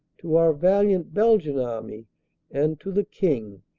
to our valiant belgian army and to the king,